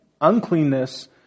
uncleanness